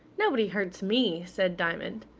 nobody hurts me, said diamond.